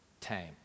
time